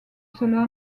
cela